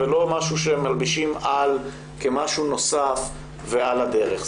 ולא משהו שמלבישים בנוסף על הדרך?